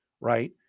right